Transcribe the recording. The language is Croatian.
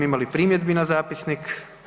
Ima li primjedbi na zapisnik?